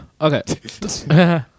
Okay